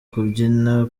kubyina